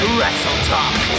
WrestleTalk